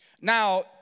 Now